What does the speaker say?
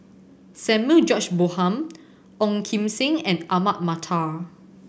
Samuel George Bonham Ong Kim Seng and Ahmad Mattar